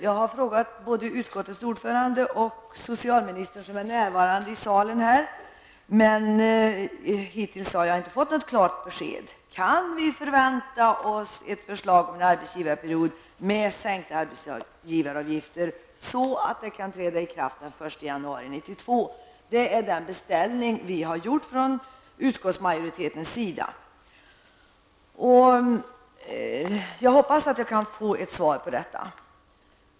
Jag har frågat både utskottets ordförande och socialministern, som är närvarande i kammaren, men hittills har jag inte fått något klart besked. Kan vi förvänta oss ett förslag om arbetsgivarperiod med sänkta arbetsgivaravgifter, så att reformen kan träda i kraft den 1 januari 1992. Det är den beställning som utskottsmajoriteten har gjort.